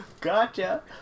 Gotcha